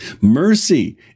Mercy